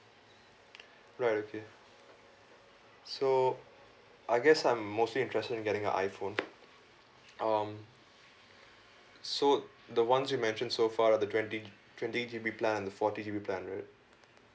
right okay so I guess I'm mostly interested in getting a iphone um so the ones you mentioned so far are the twenty twenty G_B plan and the forty G_B plan right